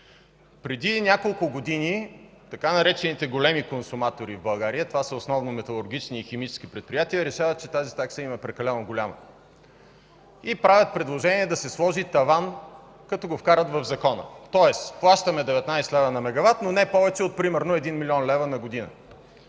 Преди няколко години така наречените „големи консуматори в България”, това са основно металургични и химически предприятия решават, че тази такса им е прекалено голяма. Правят предложение да се сложи таван, като го вкарат в закона, тоест плащаме 19 лв. на мегават, но не повече от примерно 1 млн. лв. на година.